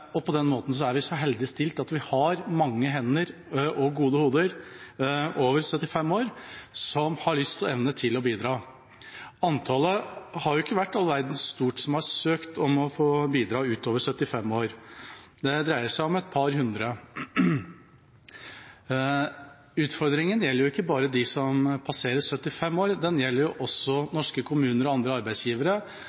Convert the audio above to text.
og på den måten er vi så heldig stilt at vi har mange hender og gode hoder over 75 år som har lyst og evne til å bidra. Antallet har ikke vært all verdens stort når det gjelder søknader om å få bidra utover 75 år. Det dreier seg om et par hundre. Utfordringa gjelder ikke bare dem som passerer 75 år, den gjelder også norske kommuner og andre arbeidsgivere